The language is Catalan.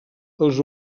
els